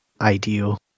ideal